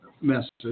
message